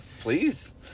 Please